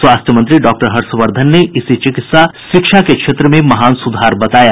स्वास्थ्य मंत्री डॉक्टर हर्षवर्धन ने इसे चिकित्सा शिक्षा के क्षेत्र में महान सुधार बताया